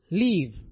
leave